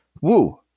Woo